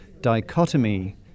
dichotomy